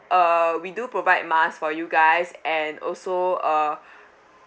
uh we do provide masks for guys and also uh